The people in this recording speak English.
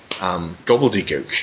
gobbledygook